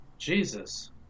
Jesus